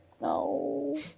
No